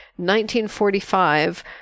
1945